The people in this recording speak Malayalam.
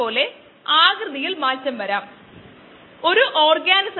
ഇത് സംഭവിക്കുന്നതിന് അറിയപ്പെടുന്ന ഒരു സംവിധാനമുണ്ട്